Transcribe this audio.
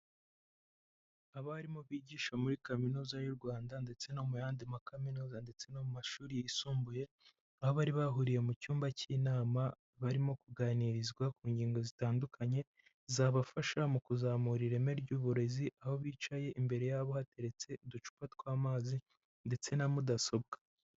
Abarimu bigisha muri kaminuza y'u Rwanda ndetse no mu yandi makaminuza ndetse no mu mashuri yisumbuye, aho bari bahuriye mu cyumba cy'inama barimo kuganirizwa ku ngingo zitandukanye, zabafasha mu kuzamura ireme ry'uburezi, aho bicaye imbere yabo hateretse uducupa tw'amazi ndetse na mudasobwa.